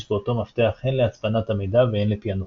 באותו מפתח הן להצפנת המידע והן לפענוחו.